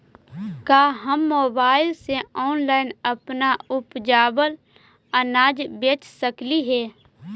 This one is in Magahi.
का हम मोबाईल से ऑनलाइन अपन उपजावल अनाज बेच सकली हे?